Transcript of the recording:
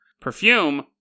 perfume